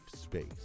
space